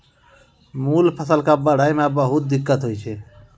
मूल फसल कॅ बढ़ै मॅ बहुत दिक्कत होय छै